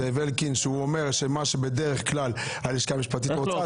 שמה שבדרך כלל הלשכה המשפטית רוצה,